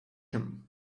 him